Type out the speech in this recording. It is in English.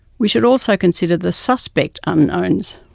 we should also consider the suspect unknowns.